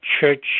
church